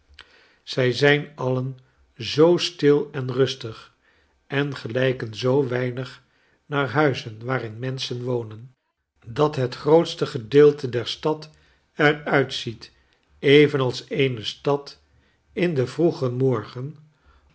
en siena alien zoo stil en rustig en gelijken zoo weinig naar huizen waarin menschen wonen dat het grootste gedeelte der stad er uitziet evenals eene stad in den vroegen morgen